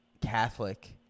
Catholic